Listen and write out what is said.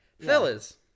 Fellas